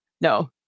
No